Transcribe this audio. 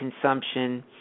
consumption